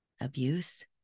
abuse